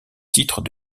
titre